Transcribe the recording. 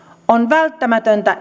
on välttämätöntä